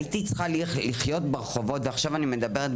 הייתי צריכה לחיות ברחוב, הוסללתי